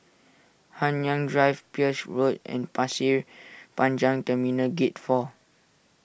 Nanyang Drive Peirce Road and Pasir Panjang Terminal Gate four